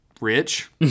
rich